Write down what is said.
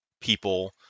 people